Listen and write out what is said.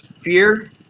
fear